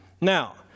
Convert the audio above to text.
Now